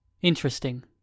Interesting